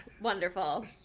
wonderful